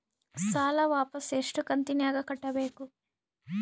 ಸಾಲ ವಾಪಸ್ ಎಷ್ಟು ಕಂತಿನ್ಯಾಗ ಕಟ್ಟಬೇಕು?